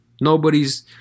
nobody's